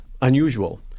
unusual